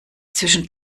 zwischen